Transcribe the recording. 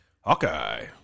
Hawkeye